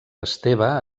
esteve